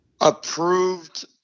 approved